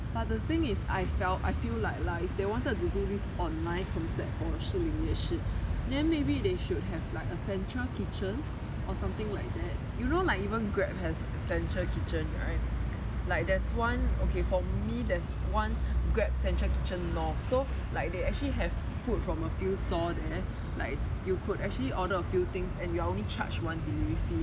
but the thing is I felt I feel like if they wanted to do this online concept for 士林夜市 then maybe they should have like a central kitchen or something like that you know like even grab has a central kitchen right like there's one okay for me there's one grab central kitchen north so like they actually have food from a few store there like you could actually order a few things and you are only charge one delivery fee